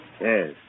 Yes